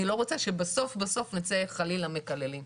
אני לא רוצה שבסוף נצא חלילה מקללים,